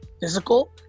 Physical